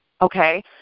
okay